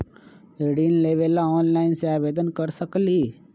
ऋण लेवे ला ऑनलाइन से आवेदन कर सकली?